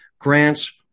grants